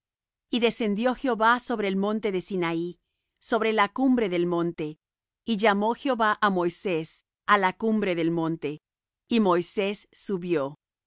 y descendió jehová sobre el monte de sinaí sobre la cumbre del monte y llamó jehová á moisés á la cumbre del monte y moisés subió